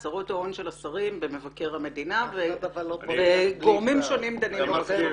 הצהרות ההון של השרים במבקר המדינה וגורמים שונים דנים בזה.